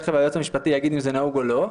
תכף היועץ המשפטי יגיד אם זה נהוג או לא.